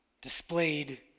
displayed